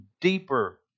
deeper